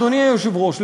אדוני היושב-ראש,